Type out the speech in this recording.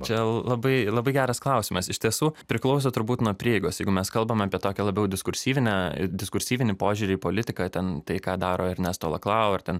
čia labai labai geras klausimas iš tiesų priklauso turbūt nuo prieigos jeigu mes kalbam apie tokią labiau diskursyvinę ir diskursyvinį požiūrį į politiką ten tai ką daro ernesto laklau ar ten